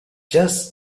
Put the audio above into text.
just